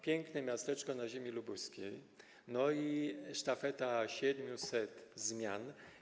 Piękne miasteczko na ziemi lubuskiej, no i sztafeta 700 zmian.